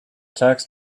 tax